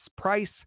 price